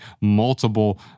multiple